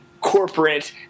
corporate